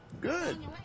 Good